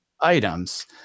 items